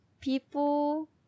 people